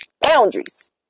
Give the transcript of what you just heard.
boundaries